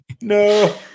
No